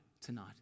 tonight